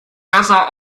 besser